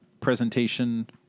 presentation